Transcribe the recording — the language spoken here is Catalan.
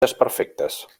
desperfectes